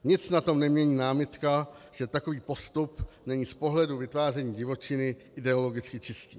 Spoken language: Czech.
Nic na tom nemění námitka, že takový postup není z pohledu vytváření divočiny ideologicky čistý.